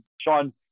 Sean